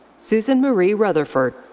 susan marie rutherford.